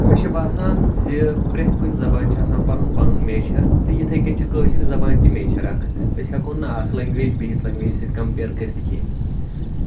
مےٚ چھُ باسان زِ پرٛٮ۪تھ کُنہِ زَبان چھِ آسان پَنُن پَنُن میچھَر تہٕ یِتھَے کٔنۍ چھِ کٲشِر زَبان تہِ میچھَر اَکھ أسۍ ہٮ۪کو نہٕ اَکھ لینٛگویج بیٚیِس لنٛگویج سۭتۍ کَمپِیَر کٔرِتھ کینٛہہ